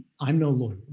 i'm no lawyer.